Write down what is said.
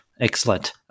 Excellent